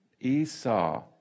Esau